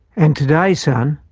and today, son,